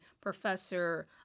professor